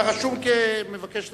אתה רשום כמבקש לדבר.